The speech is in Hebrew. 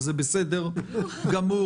אז זה בסדר גמור,